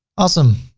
awesome.